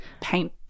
paint